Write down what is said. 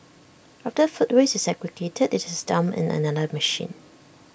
after food waste is segregated IT is dumped in another machine